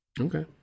Okay